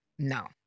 No